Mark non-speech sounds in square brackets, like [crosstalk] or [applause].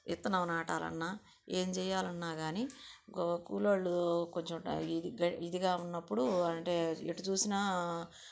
విత్తనం నాటాలన్నా ఏంజేయాలన్నా కాని కు కులోళ్లూ కొంచుం [unintelligible] ఇదిగా ఉన్నప్పుడూ అంటే ఎటు చూసినా